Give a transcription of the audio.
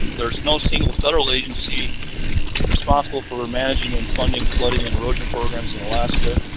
there is no single federal agency responsible for managing, and funding flooding, and erosion programs in alaska.